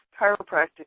chiropractic